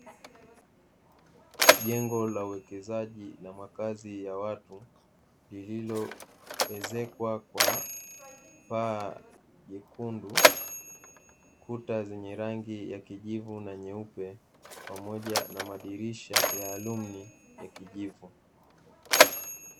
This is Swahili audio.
Jengo la uwekezaji la makazi ya watu lililoezekwa kwa paa jekundu, kuta zenye rangi ya kijivu na nyeupe, pamoja na madirisha ya alumni ya kijivu.